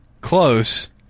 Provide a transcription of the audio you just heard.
Close